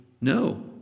No